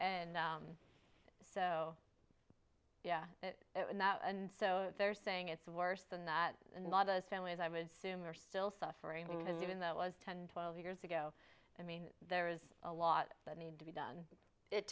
and so yeah and so they're saying it's worse than that and a lot of families i would sue me are still suffering and even though it was ten twelve years ago i mean there is a lot that need to be done it